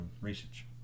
Research